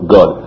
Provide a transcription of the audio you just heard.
God